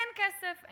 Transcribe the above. אין כסף,